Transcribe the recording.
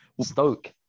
Stoke